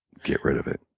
get rid of it.